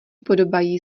podobají